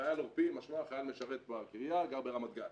חייל עורפי, משמע חייל המשרת בקריה וגר ברמת גן,